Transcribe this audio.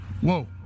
Whoa